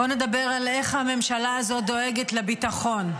בוא נדבר על איך הממשלה הזאת דואגת לביטחון.